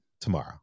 tomorrow